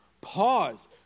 Pause